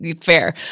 fair